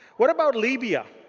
what about libya?